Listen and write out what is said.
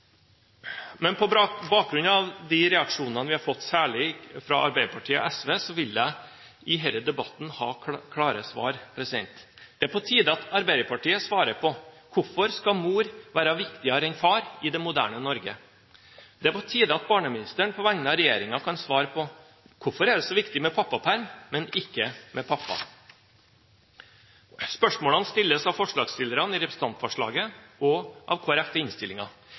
bakgrunn av de reaksjonene vi har fått, særlig fra Arbeiderpartiet og SV, vil jeg i denne debatten ha klare svar. Det er på tide at Arbeiderpartiet svarer på hvorfor mor skal være viktigere enn far i det moderne Norge. Det er på tide at barneministeren på vegne av regjeringen kan svare på hvorfor det er så viktig med pappaperm, men ikke med pappa. Spørsmålene stilles av forslagsstillerne i representantforslaget og av